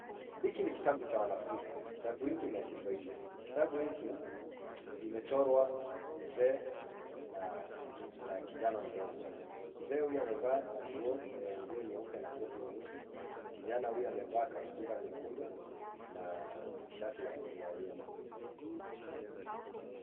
Hiki ni kitabu cha wanafunzi, kitabu hiki ni ya Kiswahili. Kitabu hiki, imechorwa mzee na kijana mdogo. Mzee huyu amevaa nguo nyeupe na koti nyeusi, kijana huyu amevaa kaptura nyekundu na shati ya yellow .